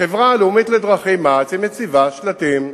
החברה הלאומית לדרכים, מע"צ, מציבה שלטים.